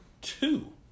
two